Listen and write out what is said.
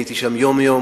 הייתי שם יום-יום